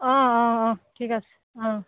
অঁ অঁ অঁ ঠিক আছে অঁ